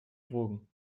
drogen